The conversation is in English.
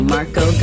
Marco